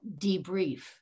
debrief